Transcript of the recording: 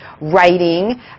writing